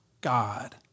God